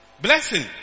Blessing